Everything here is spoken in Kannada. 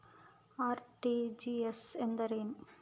ಆರ್.ಟಿ.ಜಿ.ಎಸ್ ಎಂದರೇನು?